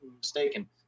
mistaken